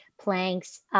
planks